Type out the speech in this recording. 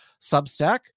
Substack